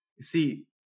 See